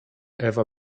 ewa